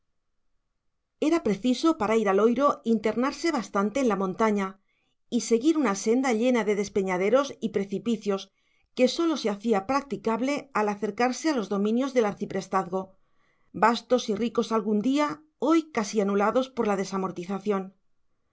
era preciso para ir a loiro internarse bastante en la montaña y seguir una senda llena de despeñaderos y precipicios que sólo se hacía practicable al acercarse a los dominios del arciprestazgo vastos y ricos algún día hoy casi anulados por la